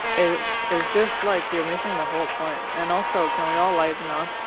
it is just like you're missing the whole point and also can we all lighten up?